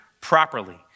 properly